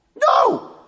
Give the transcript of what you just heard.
No